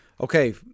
Okay